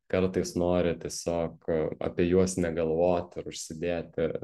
kartais nori tiesiog apie juos negalvot ir užsidėti